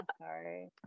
Sorry